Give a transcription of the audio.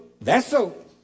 vessel